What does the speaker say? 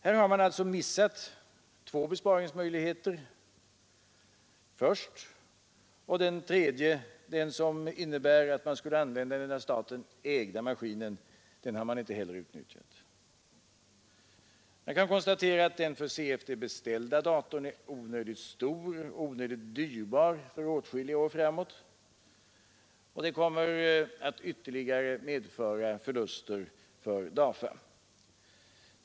Här har man alltså missat två besparingsmöjligheter först, och den tredje, den som innebär att man skulle använda den av staten ägda maskinen, har man inte heller utnyttjat. Jag kan konstatera att den för CFD beställda datorn är onödigt stor och onödigt dyrbar för åtskilliga år framåt, och den kommer att ytterligare medföra förluster för DAFA.